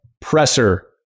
presser